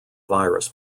virus